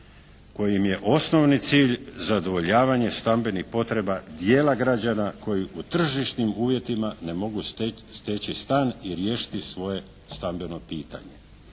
kojem je osnovni cilj zadovoljavanje stambenih potreba dijela građana koji u tržišnim uvjetima ne mogu steći stan i riješiti svoje stambeno pitanje.